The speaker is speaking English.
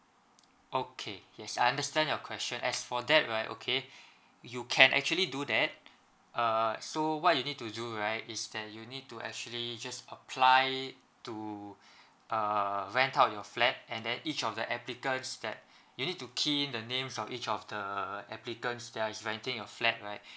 okay yes I understand your question as for that right okay you can actually do that uh so what you need to do right is that you need to actually just apply it to uh rent out your flat and then each of the applicants that you need to key in the names of each of the applicants that is renting your flat right